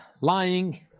lying